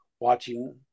watching